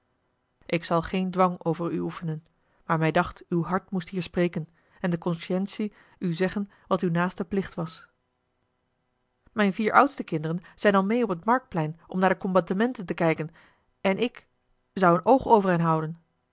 ik zal geen dwang over u oefenen maar mij dacht uw hart moest hier spreken en de conscientie u zeggen wat uw naaste plicht was mijn vier oudste kinderen zijn al meê op het marktplein om naar de combattementen te kijken en ik zou een oog over hen houden